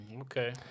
Okay